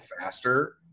faster